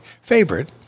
favorite